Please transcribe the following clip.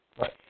Right